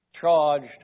charged